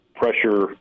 pressure